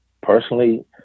personally